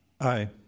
Aye